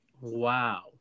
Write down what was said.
Wow